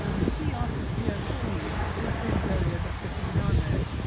the key artist here surely was desiderio da settignano,